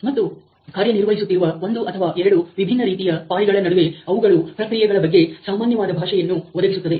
ಮತ್ತು ಕಾರ್ಯನಿರ್ವಹಿಸುತ್ತಿರುವ ಒಂದು ಅಥವಾ ಎರಡು ವಿಭಿನ್ನ ರೀತಿಯ ಪಾಳಿಗಳ ನಡುವೆ ಅವುಗಳು ಪ್ರಕ್ರಿಯೆಗಳ ಬಗ್ಗೆ ಸಾಮಾನ್ಯವಾದ ಭಾಷೆಯನ್ನು ಒದಗಿಸುತ್ತದೆ